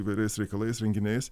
įvairiais reikalais renginiais